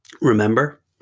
remember